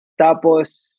tapos